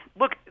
look